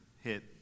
hit